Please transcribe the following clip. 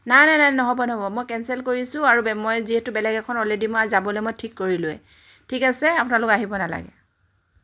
না না নাই নহ'ব নহ'ব মই কেঞ্চেল কৰিছোঁ আৰু বে মই যিহেতু বেলেগ এখন অলৰেডি মই যাবলৈ মই ঠিক কৰিলোৱে ঠিক আছে আপোনালোক আহিব নালাগে